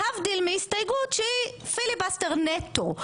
להבדיל מהסתייגות שהיא פיליבסטר נטו,